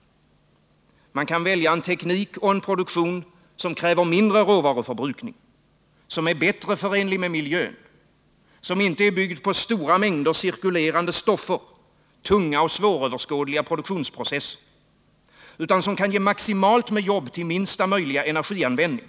Man kan välja en teknik och en produktion som kräver mindre råvaruförbrukning, som är bättre förenlig med miljön, som inte är byggd på stora mängder cirkulerande stoffer, tunga och svåröverskådliga tillverkningsprocesser, utan som kan ge maximalt med jobb till minsta möjliga energianvändning.